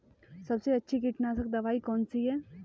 सबसे अच्छी कीटनाशक दवाई कौन सी है?